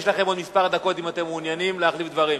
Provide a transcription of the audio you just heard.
יש לכם עוד כמה דקות אם אתם מעוניינים להחליף דברים.